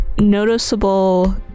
noticeable